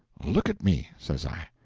look at me, says i,